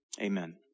Amen